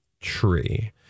tree